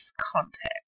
context